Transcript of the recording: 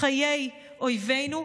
חיי אויבינו,